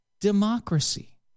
democracy